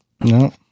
No